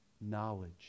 knowledge